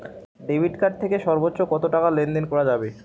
Debit card থেকে সর্বোচ্চ কত টাকা লেনদেন করা যাবে?